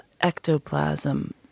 ectoplasm